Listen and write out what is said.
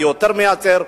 יותר מייצר,